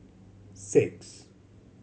six